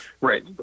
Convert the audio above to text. Right